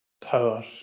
power